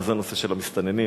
וזה הנושא של המסתננים,